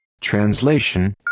Translation